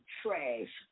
trash